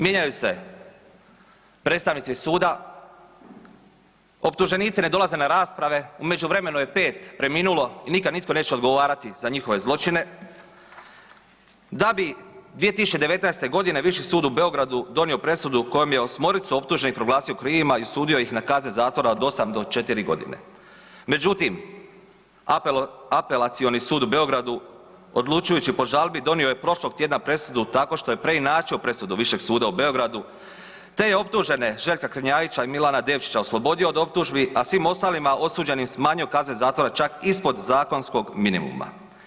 Mijenjaju se predstavnici suda, optuženici ne dolaze na rasprave, u međuvremenu je 5 preminulo i nikad nitko neće odgovarati za njihove zločine, da bi 2019.g. Viši sud u Beogradu donio presudu kojom je 8-ricu optuženih proglasio krivima i osudio ih na kazne zatvora od 8 do 4.g. Međutim, Apelacioni sud u Beogradu odlučujući po žalbi donio je prošlog tjedna presudu tako što je preinačio presudu Višeg suda u Beogradu, te je optužene Željka Krnjajića i Milana Devčića oslobodio od optužbi, a svim ostalima osuđenim smanjio kazne zatvora čak ispod zakonskog minimuma.